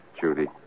Judy